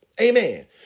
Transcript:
Amen